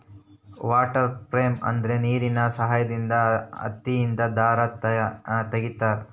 water frame ಅಂದ್ರೆ ನೀರಿನ ಸಹಾಯದಿಂದ ಹತ್ತಿಯಿಂದ ದಾರ ತಗಿತಾರ